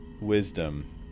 Wisdom